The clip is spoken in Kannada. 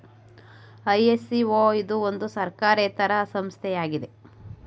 ಐ.ಎಸ್.ಒ ಇದು ಒಂದು ಸರ್ಕಾರೇತರ ಸಂಸ್ಥೆ ಆಗಿದೆ